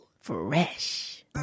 Fresh